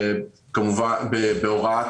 בהוראת